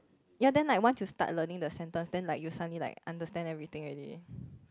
ya then like once you start learning the sentence then like you suddenly like understand everything already